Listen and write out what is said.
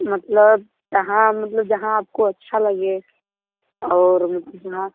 मतलब कहाँ मतलब जहाँ आपको अच्छा लगे और जहाँ